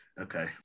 Okay